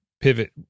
pivot